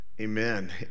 Amen